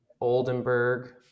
Oldenburg